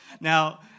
Now